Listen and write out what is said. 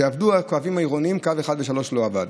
וכשעבדו הקווים העירוניים, קו 1 ו-3 לא עבדו,